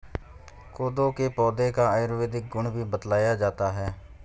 कोदो के पौधे का आयुर्वेदिक गुण भी बतलाया जाता है